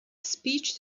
speech